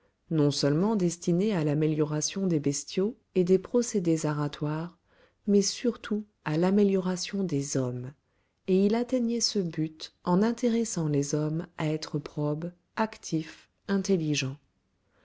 non-seulement destinée à l'amélioration des bestiaux et des procédés aratoires mais surtout à l'amélioration des hommes et il atteignait ce but en intéressant les hommes à être probes actifs intelligents